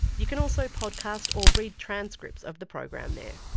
you can also podcast or read transcripts of the program there.